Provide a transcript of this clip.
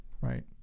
right